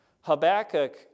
Habakkuk